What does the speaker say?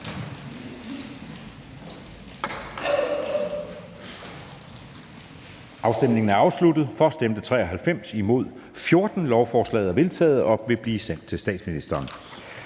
hverken for eller imod stemte 0. Lovforslaget er vedtaget og vil blive sendt til statsministeren.